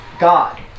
God